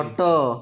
ଖଟ